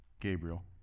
Gabriel